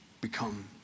become